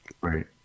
right